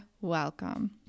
welcome